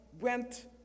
went